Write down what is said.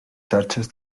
xarxes